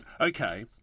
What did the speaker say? Okay